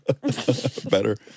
Better